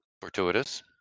Fortuitous